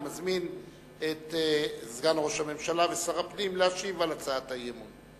אני מזמין את סגן ראש הממשלה ושר הפנים להשיב על הצעת האי-אמון.